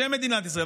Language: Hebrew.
בשם מדינת ישראל.